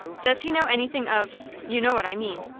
does he know anything of you know what i mean.